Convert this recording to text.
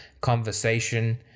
conversation